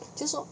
就说